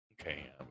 Okay